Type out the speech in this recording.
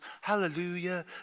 hallelujah